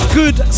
good